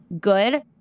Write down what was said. good